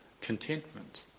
contentment